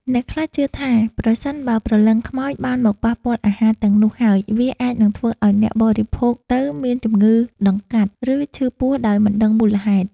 អ្នកខ្លះជឿថាប្រសិនបើព្រលឹងខ្មោចបានមកប៉ះពាល់អាហារទាំងនោះហើយវាអាចនឹងធ្វើឱ្យអ្នកបរិភោគទៅមានជំងឺតម្កាត់ ឬឈឺពោះដោយមិនដឹងមូលហេតុ។